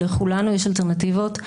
לכולנו יש אלטרנטיבות,